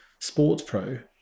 SportsPro